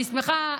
אני שמחה,